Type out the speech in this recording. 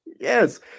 Yes